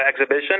exhibition